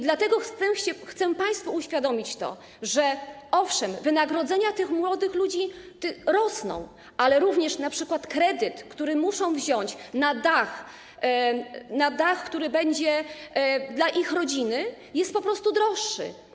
Dlatego chcę państwu uświadomić to, że owszem, wynagrodzenia tych młodych ludzi rosną, ale również np. kredyt, który muszą wziąć na dach, który będzie dla ich rodziny, jest po prostu droższy.